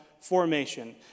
formation